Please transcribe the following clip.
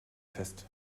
fest